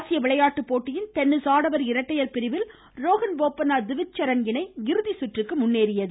ஆசிய விளையாட்டு போட்டியின் டென்னிஸ் ஆடவர் இரட்டையர் பிரிவில் ரோஹன் போபன்னா திவித் சரண் இணை இறுதிச்சுற்றுக்கு முன்னேறியுள்ளது